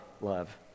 love